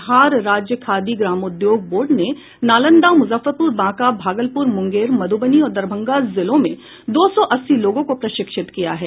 बिहार राज्य खादी ग्रामोद्योग बोर्ड ने नालंदा मुजफ्फरपुर बांका भागलपुर मुंगेर मधुबनी और दरभंगा जिलों में दो सौ अस्सी लोगों को प्रशिक्षित किया है